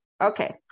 Okay